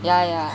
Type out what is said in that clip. yeah yeah